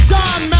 Don